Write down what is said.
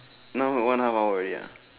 now one half hour already ya